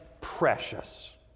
precious